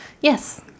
Yes